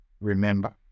Remember